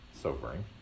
sobering